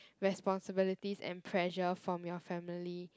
responsibilities and pressure from your family